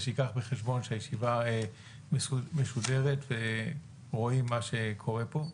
אז שייקח בחשבון שהישיבה משודרת ורואים את מה שקורה פה.